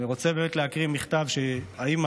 אני רוצה באמת להקריא מכתב שהאימא